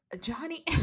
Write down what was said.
johnny